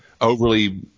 overly